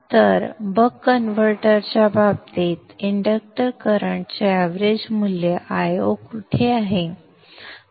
तर बक कन्व्हर्टरच्या बाबतीत इंडक्टर करंटचे एवरेज मूल्य Io कुठे आहे